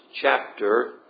chapter